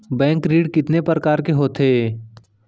Bank ऋण कितने परकार के होथे ए?